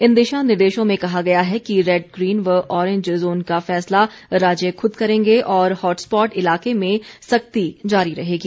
इन दिशा निर्देशों में कहा गया है कि रैड ग्रीन व ऑरेंज जोन का फैसला राज्य खुद करेंगे और हॉटस्पॉट इलाके में सख्ती जारी रहेगी